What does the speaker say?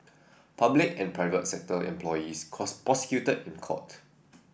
public and private sector employees cause prosecuted in court